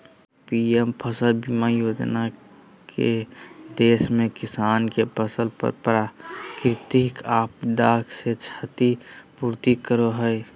PM फसल बीमा योजना के देश में किसान के फसल पर प्राकृतिक आपदा से क्षति पूर्ति करय हई